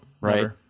Right